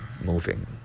moving